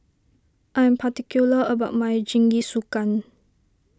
I'm particular about my Jingisukan